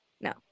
no